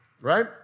right